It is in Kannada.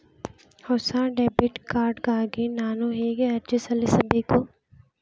ಹೊಸ ಡೆಬಿಟ್ ಕಾರ್ಡ್ ಗಾಗಿ ನಾನು ಹೇಗೆ ಅರ್ಜಿ ಸಲ್ಲಿಸುವುದು?